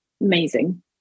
Amazing